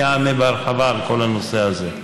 אני אענה בהרחבה על כל הנושא הזה.